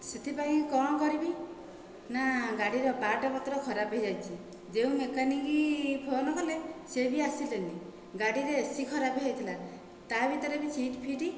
ସେଥିପାଇଁ କ'ଣ କରିବି ନା ଗାଡ଼ିର ପାର୍ଟ ପତ୍ର ଖରାପ ହୋଇଯାଇଛି ଯେଉଁ ମେକାନିକ୍ ଫୋନ୍ କଲେ ସିଏ ବି ଆସିଲେନି ଗାଡ଼ିରେ ଏସି ଖରାପ ହେଇଥିଲା ତା' ଭିତରେ ବି ସିଟ୍ ଫିଟ